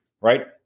Right